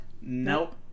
Nope